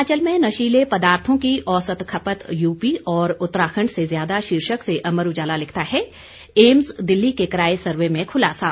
हिमाचल में नशीले पदार्थों की औसत खपत यूपी और उत्तराखंड से ज्यादा शीर्षक से अमर उजाला लिखता है एम्स दिल्ली के कराए सर्वे में खुलासा